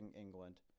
England